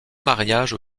mariages